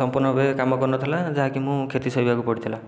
ସମ୍ପୂର୍ଣ୍ଣ ଭାବେ କାମ କରିନଥିଲା ଯାହାକି ମୁଁ କ୍ଷତି ସହିବାକୁ ପଡ଼ିଥିଲା